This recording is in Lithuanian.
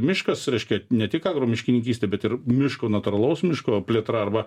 miškas reiškia ne tik agro miškininkystė bet ir miško natūralaus miško plėtra arba